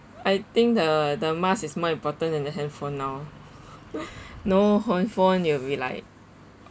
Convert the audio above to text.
I think the the mask is more important than the handphone now no handphone you'll be like